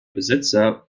besitzer